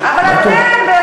מה טוב.